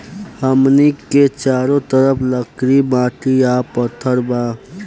हमनी के चारो तरफ लकड़ी माटी आ पत्थर बा